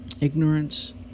Ignorance